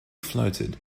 floated